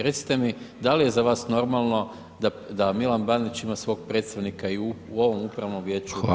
Recite mi da li je za vas normalno da Milan Bandić ima svog predstavnika i u ovom upravnom vijeću